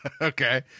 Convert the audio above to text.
Okay